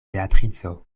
beatrico